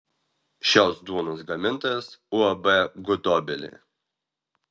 šios duonos gamintojas uab gudobelė